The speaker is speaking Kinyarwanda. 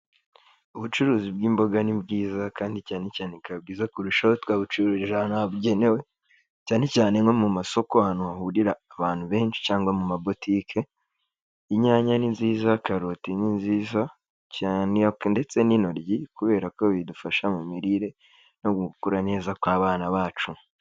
Ubucuruzi bw'imboga ni bwiza kandi cyane cyane bukaba byiza kurushaho twabucururije ahantu byemewe, cyane cyane nko mu masoko ahantu hahurira abantu benshi cyangwa mu mabotike inyanya ni nziza, karoti ni nziza cyane ndetse n'intoryi kubera ko bidufasha mu mirire no gukura neza kw'abana bacu.